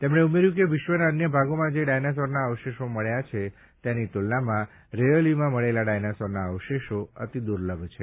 તેમણે ઉમેર્યું કે વિશ્વના અન્ય ભાગોમાં જે ડાયનાસોરના અવશેષો મળ્યા છે તેની તુલનામાં રૈયોલીમાં મળેલા ડાયનાસોરના અવશેષો અતિ દુલર્ભ છે